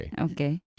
okay